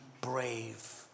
brave